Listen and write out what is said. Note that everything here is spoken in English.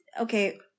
Okay